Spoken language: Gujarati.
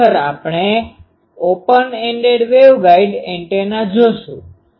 ખરેખર આપણે ઓપન એન્ડેડ વેવગાઇડ એન્ટેના જોશુ